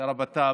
שר הבט"פ,